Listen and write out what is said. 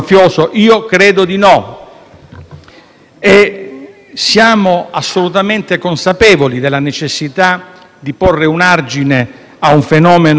e siamo assolutamente consapevoli della necessità di porre un argine a un fenomeno pernicioso come questo. Chi vi parla